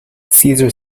caesar